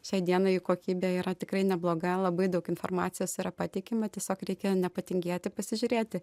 šiai dienai kokybė yra tikrai nebloga labai daug informacijos yra pateikiama tiesiog reikia nepatingėti pasižiūrėti